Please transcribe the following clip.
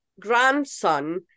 grandson